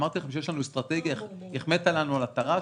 אמרתי לכם שיש לנו אסטרטגיה והחמאת לנו על התר"ש